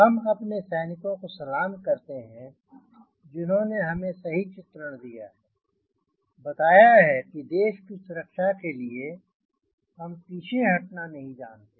हम अपने सैनिकों को सलाम करते हैं जिन्होंने हमें सही चित्रण दिया है बताया है कि देश की सुरक्षा के लिए हम पीछे हटना नहीं जानते